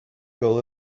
goal